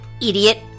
Idiot